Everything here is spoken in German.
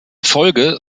folge